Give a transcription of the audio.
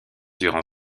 durant